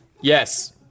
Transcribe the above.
Yes